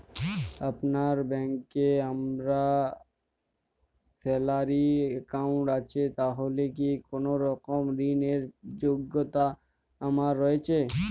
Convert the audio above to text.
আপনার ব্যাংকে আমার স্যালারি অ্যাকাউন্ট আছে তাহলে কি কোনরকম ঋণ র যোগ্যতা আমার রয়েছে?